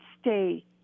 stay –